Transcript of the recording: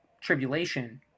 tribulation